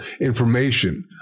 information